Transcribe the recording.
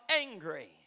angry